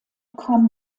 kam